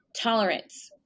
tolerance